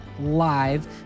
live